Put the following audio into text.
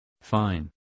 Fine